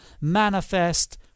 manifest